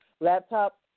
laptop